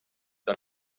dat